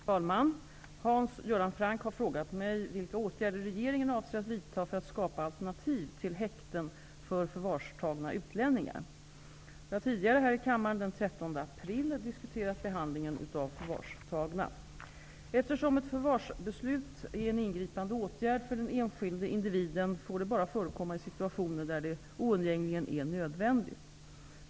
Fru talman! Hans Göran Franck har frågat mig vilka åtgärder regeringen avser att vidta för att skapa alternativ till häkten för förvarstagna utlänningar. Jag har tidigare här i kammaren, den 13 april, diskuterat behandlingen av förvarstagna. Eftersom ett förvarsbeslut är en ingripande åtgärd för den enskilde individen, får det bara förekomma i situationer där det oundgängligen är nödvändigt.